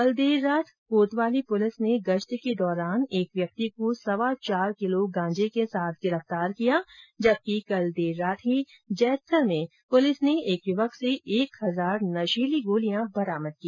कल देर रात कोतवाली पुलिस ने गश्त के दौरान एक व्यक्ति को सवा चार किलो गांजे के साथ गिरफ्तार किया है जबकि कल देर रात ही जैतसर में पुलिस ने एक युवक से एक हजार नशीली गोलियां बरामद की